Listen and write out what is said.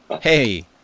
hey